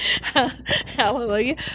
hallelujah